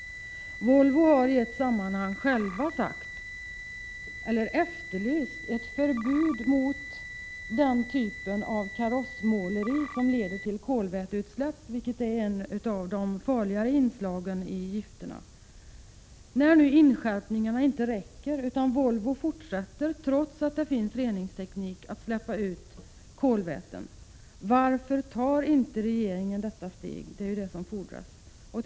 Volvo har i ett sammanhang självt efterlyst ett förbud mot den typ av karossmåleri som leder till kolväteutsläpp, något som hör till de farligare inslagen i gifterna. Men om denna inskärpning inte räcker utan Volvo fortsätter att släppa ut kolväten trots att det finns reningsteknik, varför tar inte regeringen detta steg? Det är ju det som erfordras.